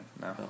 No